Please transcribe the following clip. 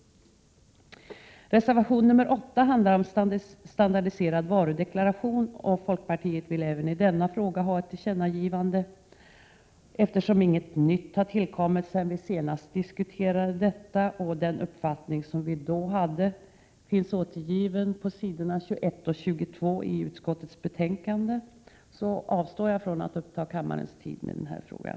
Reservation nr 8 handlar om standardiserad varudeklaration, och folkpartiet vill även i denna fråga ha ett tillkännagivande. Eftersom inget nytt har tillkommit sedan vi senast diskuterade detta, och den uppfattning som vi då hade finns återgiven på s. 21 och 22 i utskottets betänkande, avstår jag från att uppta kammarens tid med denna fråga.